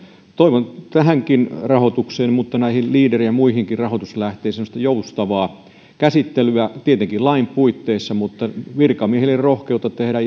toivon tähänkin rahoitukseen mutta näihin leader ja muihinkin rahoituslähteisiin semmoista joustavaa käsittelyä tietenkin lain puitteissa mutta virkamiehille rohkeutta tehdä